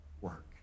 work